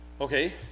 okay